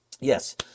Yes